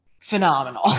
phenomenal